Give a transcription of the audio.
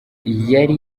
yari